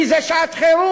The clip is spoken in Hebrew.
כי זו שעת חירום,